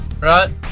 right